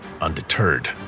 undeterred